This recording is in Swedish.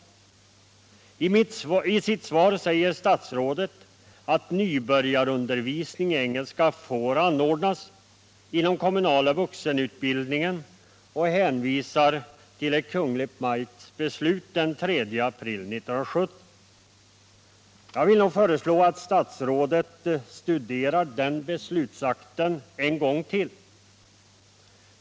I sitt svar säger statsrådet att nybörjarundervisning i engelska får anordnas inom den kommunala vuxenutbildningen och hänvisar till ett Kungl. Maj:ts beslut den 3 april 1970. Jag vill nog föreslå statsrådet att studera den beslutsakten en gång till.